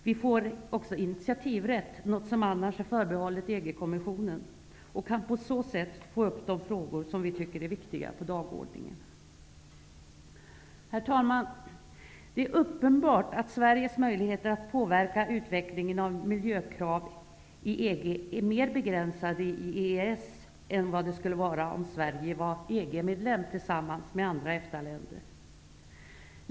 Vi får också initiativrätt -- något som annars är förbehållet EG kommissionen -- och kan på så sätt få upp de frågor på dagordningen som vi tycker är viktiga. Herr talman! Det är uppenbart att Sveriges möjligheter att påverka utvecklingen av miljökrav i EG är mer begränsade med EES än vad de skulle vara om Sverige var EG-medlem tillsammans med andra EFTA-länder.